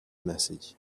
message